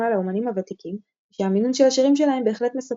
לאמנים הוותיקים ושהמינון של השירים שלהם בהחלט מספק,